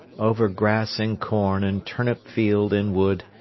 over grass and corn and turnip-field and wood,